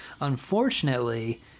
unfortunately